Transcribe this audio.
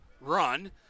run